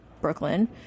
Brooklyn